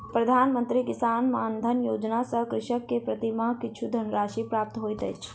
प्रधान मंत्री किसान मानधन योजना सॅ कृषक के प्रति माह किछु धनराशि प्राप्त होइत अछि